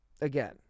again